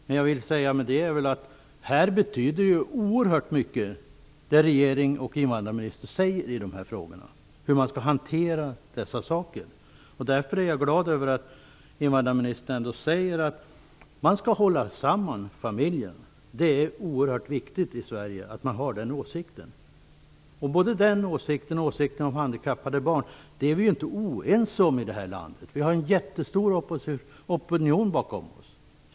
Vad jag vill säga med detta är att det som regeringen och invandrarministern säger i dessa frågor betyder oerhört mycket när det gäller hanteringen av detta. Därför är jag glad över att invandrarministern ändå säger att man skall hålla samman familjer. Det är oerhört viktigt att man har den åsikten i Sverige. Varken den åsikten eller åsikten om handikappade barn är vi ju oense om i det här landet. Vi har en mycket stor opinion bakom oss.